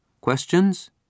Questions